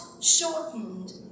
shortened